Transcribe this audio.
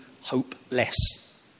hopeless